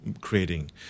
creating